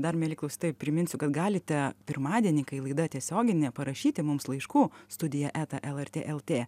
dar mieli klausytojai priminsiu kad galite pirmadienį kai laida tiesioginė parašyti mums laiškų studija eta lrt lt